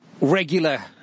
regular